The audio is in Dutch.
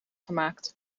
gemaakt